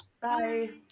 Bye